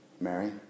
Mary